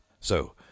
So